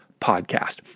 podcast